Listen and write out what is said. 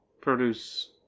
Produce